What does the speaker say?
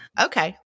Okay